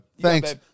Thanks